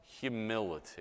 humility